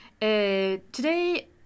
today